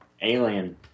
Alien